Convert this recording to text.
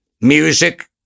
music